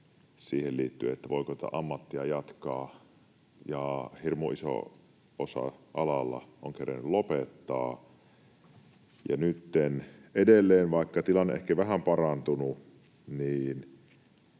siihen liittyen, voiko tätä ammattia jatkaa, ja hirmu iso osa on kerennyt lopettaa alalla. Nytten edelleen, vaikka tilanne on ehkä vähän parantunut,